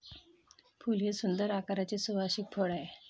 फूल हे सुंदर आकाराचे सुवासिक फळ आहे